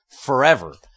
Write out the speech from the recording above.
forever